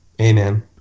Amen